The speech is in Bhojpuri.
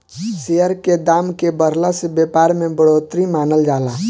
शेयर के दाम के बढ़ला से व्यापार में बढ़ोतरी मानल जाला